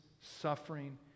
suffering